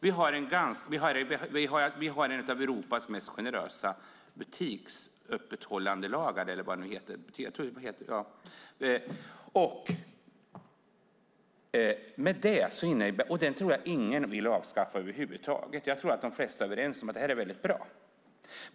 Vi har en av Europas mest generösa lagar när det gäller butiksöppethållande. Det är nog ingen som vill avskaffa den. Jag tror att de flesta är överens om att den är väldigt bra.